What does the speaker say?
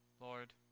Lord